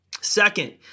Second